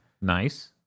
Nice